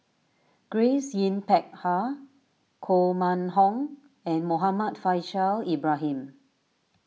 Grace Yin Peck Ha Koh Mun Hong and Muhammad Faishal Ibrahim